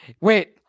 wait